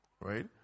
right